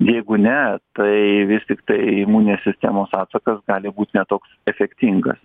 jeigu ne tai vis tiktai imuninės sistemos atsakas gali būt ne toks efektingas